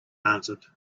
answered